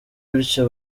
bityo